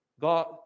God